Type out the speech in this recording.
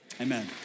Amen